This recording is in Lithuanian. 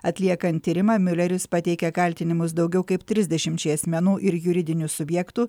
atliekant tyrimą miuleris pateikė kaltinimus daugiau kaip trisdešimčiai asmenų ir juridinių subjektų